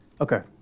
Okay